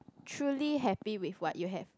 truly happy with what you have